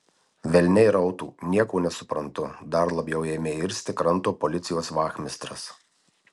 velniai rautų nieko nesuprantu dar labiau ėmė irzti kranto policijos vachmistras